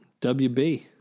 WB